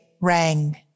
rang